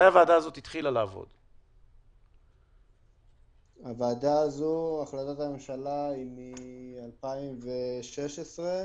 החלטת הממשלה היא מ-2016.